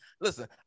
listen